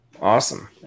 Awesome